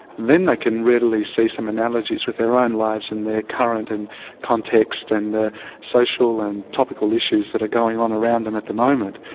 then they can readily see some analogies with their own lives and their current and context and the social and topical issues that are going on around them at the moment.